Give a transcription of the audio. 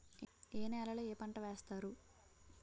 ఏ నేలలో ఏ పంట వేస్తారు?